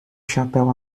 chapéu